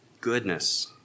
Goodness